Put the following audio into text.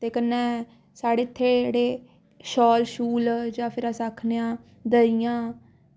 ते कन्नै साढ़े इत्थै जेह्ड़े शाल शूल जां अस आखने आं दरियां